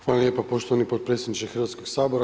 Hvala lijepo poštovani potpredsjedniče Hrvatskog sabora.